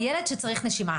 הילד שצריך נשימה,